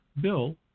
bill